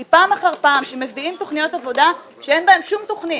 היא פעם אחר פעם שמביאים תוכניות עבודה שאין בהן שום תוכנית.